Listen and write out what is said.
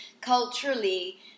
culturally